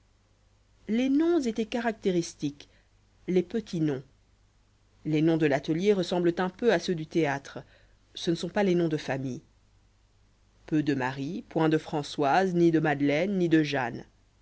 les noms étaient caractéristiques les petits noms les noms de l'atelier ressemblent un peu à ceux du théâtre ce ne sont pas les noms de familles peu de marie point de françoise ni de madeleine ni de jeanne